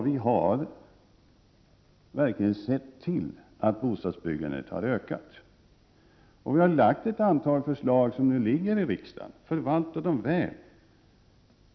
Vi har verkligen sett till att bostadsbyggandet har ökat, och vi har framlagt ett antal förslag som nu finns hos riksdagen. Förvalta dem väl!